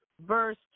verse